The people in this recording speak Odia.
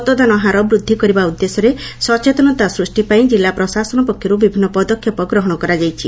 ମତଦାନ ହାର ବୃଦ୍ଧି କରିବା ଉଦ୍ଦେଶ୍ୟରେ ସଚେତନତା ସୃଷ୍ଟି ପାଇଁ ଜିଲ୍ଲା ପ୍ରଶାସନ ପକ୍ଷରୁ ବିଭିନ୍ନ ପଦକ୍ଷେପ ଗ୍ରହଣ କରାଯାଇଛି